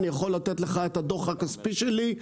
אני יכול לתת לך את הדוח הכספי שלי,